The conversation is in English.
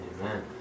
Amen